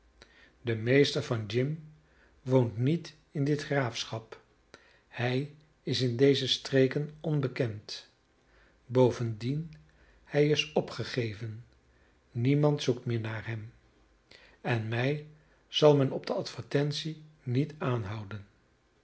de meester van jim woont niet in dit graafschap hij is in deze streken onbekend bovendien hij is opgegeven niemand zoekt meer naar hem en mij zal men op de advertentie niet aanhouden